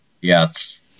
yes